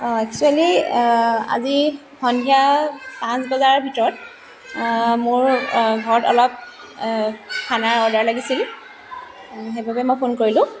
অ' এক্সোৱেলি আজি সন্ধিয়া পাঁচ বজাৰ ভিতৰত মোৰ ঘৰত অলপ খানা অৰ্ডাৰ লাগিছিল সেইবাবে মই ফোন কৰিলোঁ